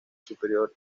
superior